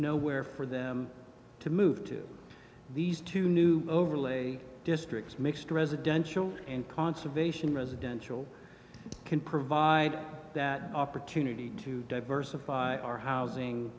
nowhere for them to move to these two new overlay districts mixed residential and conservation residential can provide that opportunity to diversify our housing